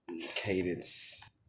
cadence